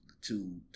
two